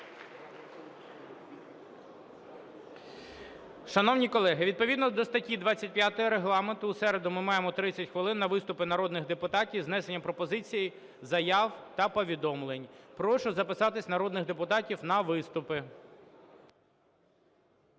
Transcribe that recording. Шановні колеги, відповідно до статті 25 Регламенту у середу ми маємо 30 хвилин на виступи народних депутатів з внесенням пропозицій, заяв та повідомлень. Прошу записатись народних депутатів на виступи.